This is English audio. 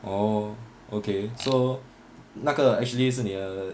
orh okay so 那个 actually 是你的